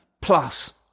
plus